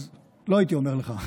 לא הייתי אומר לך.